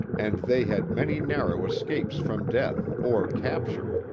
and they had many narrow escapes from death, or capture.